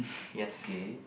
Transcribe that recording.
yes